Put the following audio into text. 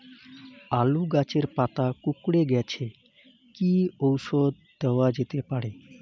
আলু গাছের পাতা কুকরে গেছে কি ঔষধ দেওয়া যেতে পারে?